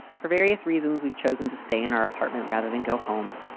for various reasons. we've chosen to stay in our apartment rather than go home.